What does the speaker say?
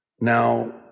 now